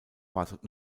wartet